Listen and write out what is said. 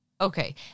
Okay